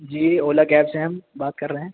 جی Ola cab سے ہم بات کر رہے ہیں